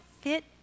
fit